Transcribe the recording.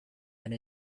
and